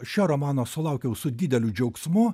šio romano sulaukiau su dideliu džiaugsmu